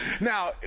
Now